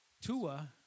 Tua